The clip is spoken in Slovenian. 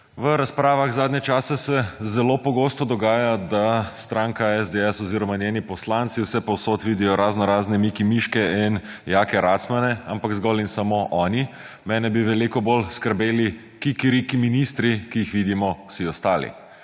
V razpravah zadnje čase se zelo pogosto dogaja, da stranka SDS oziroma njeni poslanci vsepovsod vidijo razno razne Mike Miške in Jake Racmane, ampak zgolj in samo oni, mene bi veliko bolj skrbeli kikiriki ministri, ki jih vidimo vsi ostali.